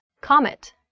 Comet